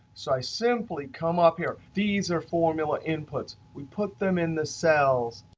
so i simply come up here. these are formula inputs. we put them in the cells.